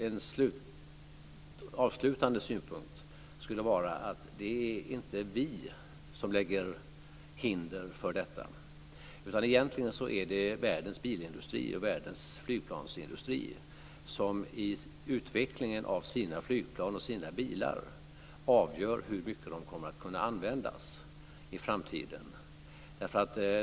En avslutande synpunkt skulle vara att det inte är vi som lägger hinder i vägen för detta. Egentligen är det världens bilindustri och världens flygplansindustri som i utvecklingen av sina flygplan och sina bilar avgör hur mycket dessa kommer att kunna användas i framtiden.